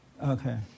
Okay